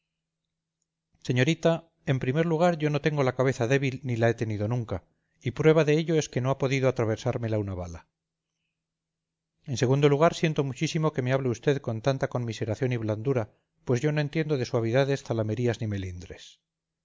señorita en primer lugar yo no tengo la cabeza débil ni la he tenido nunca y prueba de ello es que no ha podido atravesármela una bala en segundo lugar siento muchísimo que me hable usted con tanta conmiseración y blandura pues yo no entiendo de suavidades zalamerías ni melindres